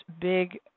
big